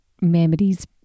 memories